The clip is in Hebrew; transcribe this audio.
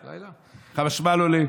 הלילה, החשמל עולה,